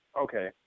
Okay